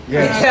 Yes